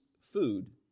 food